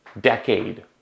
decade